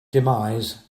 demise